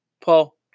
Paul